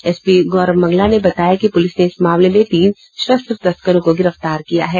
SP Gaurav Mangla ने बताया कि पूलिस ने इस मामले में तीन शस्त्र तस्करों को गिरफ्तार किया है